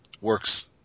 works